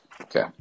Okay